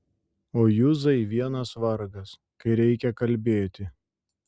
o juzai vienas vargas kai reikia kalbėti